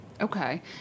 Okay